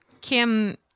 Kim